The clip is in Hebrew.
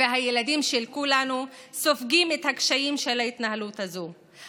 והילדים של כולנו סופגים את הקשיים של ההתנהלות הזאת,